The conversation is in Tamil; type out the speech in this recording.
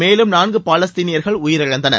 மேலும் நான்கு பாலஸ்தீனியர்கள் உயிரிழந்தனர்